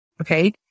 Okay